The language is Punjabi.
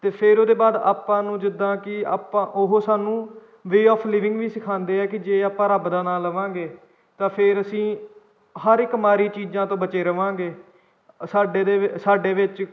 ਅਤੇ ਫਿਰ ਉਹਦੇ ਬਾਅਦ ਆਪਾਂ ਨੂੰ ਜਿੱਦਾਂ ਕਿ ਆਪਾਂ ਉਹ ਸਾਨੂੰ ਵੇ ਆਫ ਲਿਵਿੰਗ ਵੀ ਸਿਖਾਉਂਦੇ ਆ ਕਿ ਜੇ ਆਪਾਂ ਰੱਬ ਦਾ ਨਾਂ ਲਵਾਂਗੇ ਤਾਂ ਫਿਰ ਅਸੀਂ ਹਰ ਇੱਕ ਮਾੜੀ ਚੀਜ਼ਾਂ ਤੋਂ ਬਚੇ ਰਹਾਂਗੇ ਸਾਡੇ ਦੇ ਸਾਡੇ ਵਿੱਚ